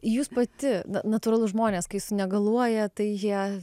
jūs pati natūralu žmonės kai sunegaluoja tai jie